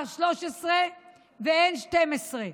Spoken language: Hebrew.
R13 ו-N12.